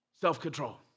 self-control